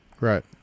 Right